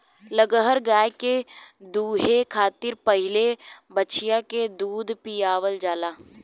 लगहर गाय के दूहे खातिर पहिले बछिया के दूध पियावल जाला